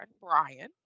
Brian